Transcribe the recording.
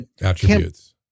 attributes